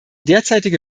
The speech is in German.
derzeitige